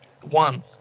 one